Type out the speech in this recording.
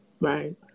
Right